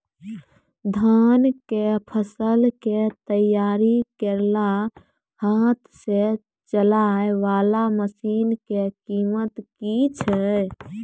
धान कऽ फसल कऽ तैयारी करेला हाथ सऽ चलाय वाला मसीन कऽ कीमत की छै?